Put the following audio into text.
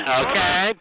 okay